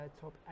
top